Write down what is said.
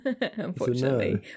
unfortunately